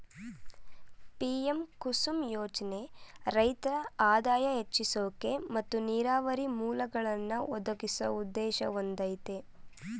PM Kusum ಯೋಜ್ನೆ ರೈತ್ರ ಆದಾಯ ಹೆಚ್ಸೋಕೆ ಮತ್ತು ನೀರಾವರಿ ಮೂಲ್ಗಳನ್ನಾ ಒದಗ್ಸೋ ಉದ್ದೇಶ ಹೊಂದಯ್ತೆ